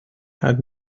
had